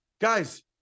guys